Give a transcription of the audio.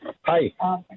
Hi